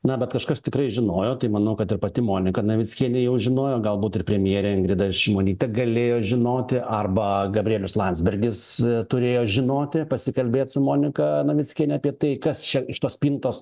na bet kažkas tikrai žinojo tai manau kad ir pati monika navickienė jau žinojo galbūt ir premjerė ingrida šimonytė galėjo žinoti arba gabrielius landsbergis turėjo žinoti pasikalbėt su monika navickiene apie tai kas čia iš tos spintos